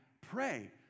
pray